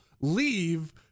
leave